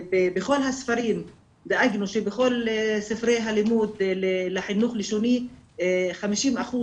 דאגנו שבכל ספרי הלימוד לחינוך לשוני 50%